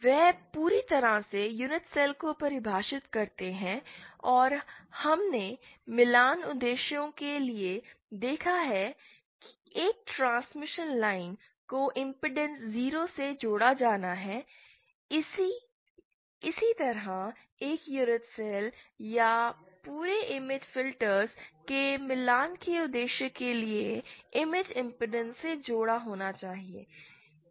वे पूरी तरह से यूनिट सेल को परिभाषित करते हैं और हमने मिलान उद्देश्यों के लिए देखा है एक ट्रांसमिशन लाइन को इमपेडेंस Z0 से जोड़ा जाना है इसी तरह एक यूनिट सेल या पूरे इमेज फिल्टर्स के मिलान के उद्देश्य के लिए इमेज इमपेडेंस से जुड़ा होना चाहिए